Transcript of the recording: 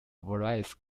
various